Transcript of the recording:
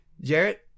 Jarrett